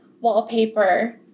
wallpaper